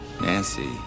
Nancy